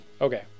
Okay